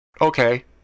Okay